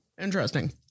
Interesting